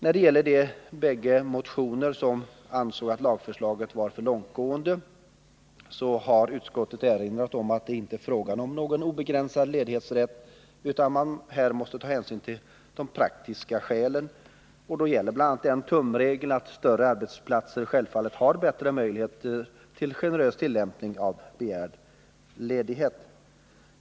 När det gäller de båda motioner som ansåg att lagförslaget var för långtgående har arbetsmarknadsutskottet erinrat om att det inte är fråga om någon obegränsad rätt till ledighet. Här måste man ta praktiska hänsyn. Då gäller bl.a. den tumregeln att större arbetsplatser självfallet har bättre möjligheter till generös tillämpning av bestämmelserna.